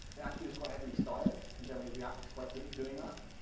they're actually just quite heavily styled, and generally react is quite good at doing that,